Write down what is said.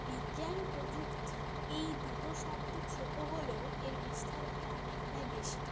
বিজ্ঞান প্রযুক্তি এই দুটো শব্দ ছোট হলেও এর বিস্তারতা অনেকটাই বেশি